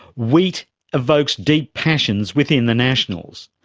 wheat evokes deep passions within the nationals.